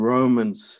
Romans